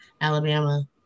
Alabama